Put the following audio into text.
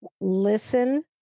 listen